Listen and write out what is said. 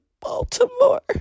Baltimore